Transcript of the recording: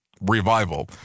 revival